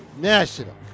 National